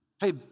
hey